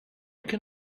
can